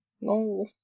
No